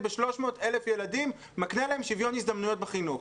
ב-300,000 ילדים ומקנה להם שוויון הזדמנויות בחינוך?